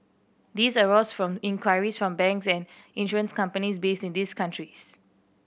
these arose from inquiries from banks and insurance companies based in these countries